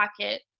pocket